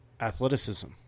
athleticism